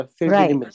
Right